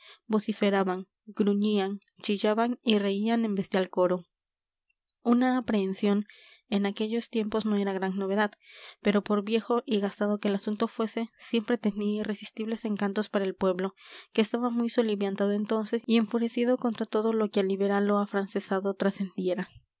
vociferaban gruñían chillaban y reían en bestial coro una aprehensión en aquellos tiempos no era gran novedad pero por viejo y gastado que el asunto fuese siempre tenía irresistibles encantos para el pueblo que estaba muy soliviantado entonces y enfurecido contra todo lo que a liberal o afrancesado trascendiera